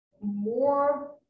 more